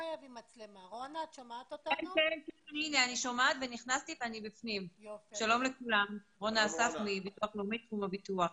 הועלתה כאן הצעה והיא שאתם תקבלו מצה"ל קובץ